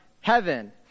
Heaven